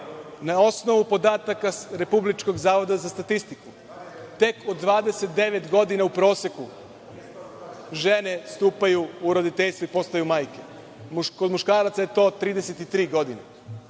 Na osnovu podataka Republičkog zavoda za statistiku tek od 29 godina u proseku žene stupaju u roditeljstvo i postaju majke. Kod muškaraca je to 33 godine.